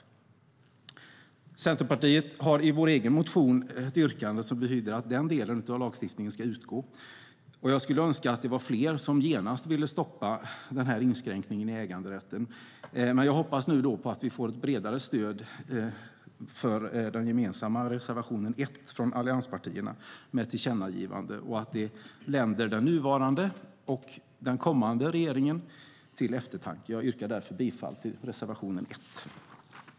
Vi i Centerpartiet har i vår egen motion ett yrkande som innebär att den delen av lagstiftningen utgår. Jag skulle önska att det var fler som genast ville stoppa denna inskränkning av äganderätten. Jag hoppas nu att vi får ett bredare stöd för allianspartiernas gemensamma reservation 1 i form av ett tillkännagivande och att det länder den nuvarande och den kommande regeringen till eftertanke. Jag yrkar därför bifall till reservation 1.